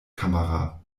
kamera